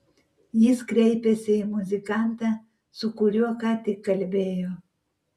jis kreipėsi į muzikantą su kuriuo ką tik kalbėjo